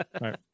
Right